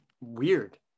Weird